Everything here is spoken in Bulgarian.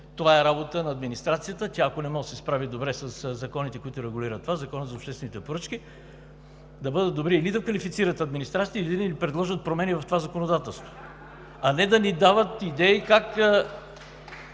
това е работа на администрацията. Ако тя не може да се справи добре със законите, които регулират това, със Закона за обществените поръчки, да бъдат добри или да квалифицират администрацията, или да ни предложат промени в това законодателство (частични ръкопляскания